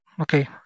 okay